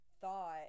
thought